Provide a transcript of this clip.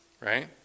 Right